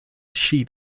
sheet